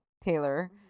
Taylor